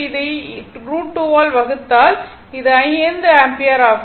இதை √2 ஆல் வகுத்தால் அது 5 ஆம்பியர் ஆகும்